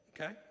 Okay